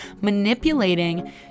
manipulating